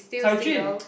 Cai-Jun